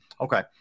Okay